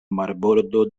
marbordo